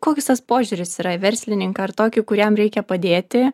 kokis tas požiūris yra į verslininką ar tokį kur jam reikia padėti